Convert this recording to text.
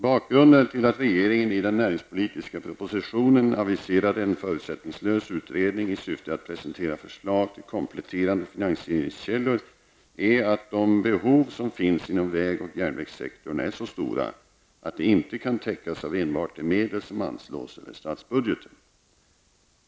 Bakgrunden till att regeringen i den näringspolitiska propositionen aviserade en förutsättningslös utredning i syfte att presentera förslag till kompletterande finansieringskällor är att de behov som finns inom väg och järnvägssektorn är så stora att de inte kan täckas av enbart de medel som anslås över statsbudgeten.